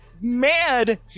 mad